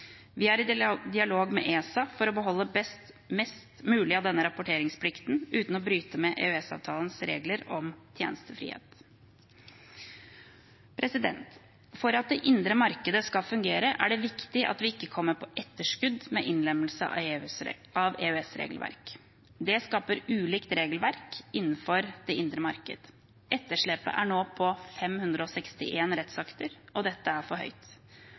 Vi er i dialog med ESA for å beholde mest mulig av denne rapporteringsplikten uten å bryte med EØS-avtalens regler om tjenestefrihet. For at det indre markedet skal fungere, er det er viktig at vi ikke kommer på etterskudd med innlemmelse av EØS-regelverk. Det skaper ulikt regelverk innenfor det indre marked. Etterslepet er nå på 561 rettsakter. Dette er for høyt.